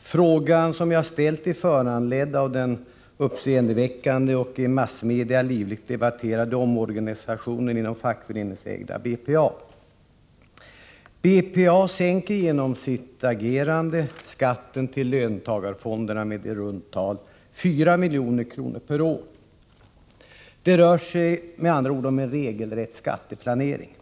Frågan som jag har ställt är föranledd av den uppseendeväckande och i massmedia livligt omdebatterade omorganisationen inom fackföreningsägda BPA. BPA sänker genom sitt agerande skatten till löntagarfonderna med i runt tal 4 milj.kr. per år. Det rör sig med andra ord om en regelrätt skatteplanering.